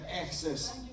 access